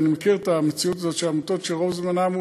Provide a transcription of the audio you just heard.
אני מכיר את המציאות הזאת של עמותות שרוב זמנן הוא